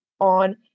on